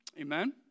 Amen